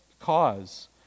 cause